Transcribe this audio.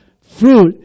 fruit